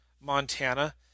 Montana